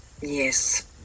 Yes